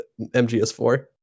MGS4